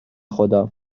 خدا